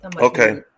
Okay